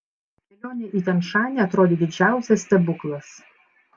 kelionė į tian šanį atrodė didžiausias stebuklas